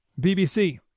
BBC